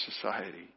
society